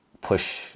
push